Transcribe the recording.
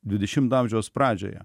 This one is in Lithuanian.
dvidešimto amžiaus pradžioje